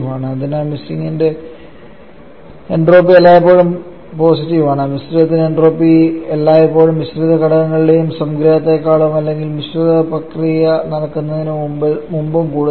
അതിനാൽ മിശ്രിതത്തിന്റെ എൻട്രോപ്പി എല്ലായ്പ്പോഴും പോസിറ്റീവ് ആണ് മിശ്രിതത്തിന്റെ എൻട്രോപ്പി എല്ലായ്പ്പോഴും മിശ്രിത ഘടകങ്ങളുടെ സംഗ്രഹത്തേക്കാളും അല്ലെങ്കിൽ മിശ്രിത പ്രക്രിയ നടക്കുന്നതിന് മുമ്പും കൂടുതലാണ്